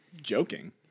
Joking